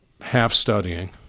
half-studying